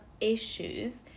issues